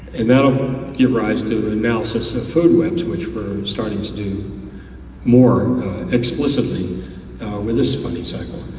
and that um yeah arised to analysis of food webs which we're starting to do more explicitly with this funding cycle.